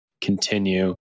continue